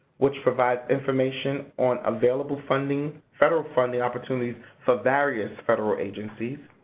which provides information on available funding federal funding opportunities for various federal agencies.